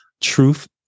truth